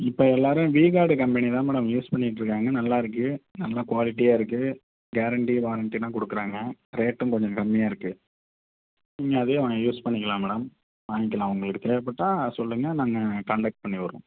இப்போ எல்லாரும் V guard company தான் மேடம் யூஸ் பண்ணிட்டுருக்காங்க நல்லா இருக்கு நல்லா குவாலிட்டியாக இருக்கு கேரண்ட்டி வாரண்ட்டிலாம் கொடுக்கறாங்க ரேட்டும் கொஞ்சம் கம்மியாக இருக்கு நீங்கள் அதையே வாங்கி யூஸ் பண்ணிக்கலாம் மேடம் வாய்ங்க்கலாம் உங்களுக்கு தேவைப்பட்டா சொல்லுங்க நாங்கள் கான்ட்டாக்ட் பண்ணி விட்டுறோம்